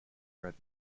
ready